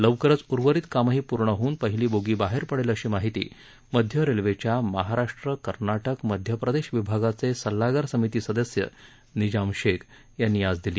लवकरच उर्वरित कामही पूर्ण होऊन पहिली बोगी बाहेर पडेल अशी माहिती मध्य रेल्वेच्या महाराष्ट्र कर्नाटक मध्यप्रदेश विभागाचे सल्लागार समिती सदस्य निजाम शेख यांनी दिली